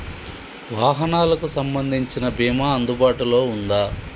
వాహనాలకు సంబంధించిన బీమా అందుబాటులో ఉందా?